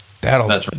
that'll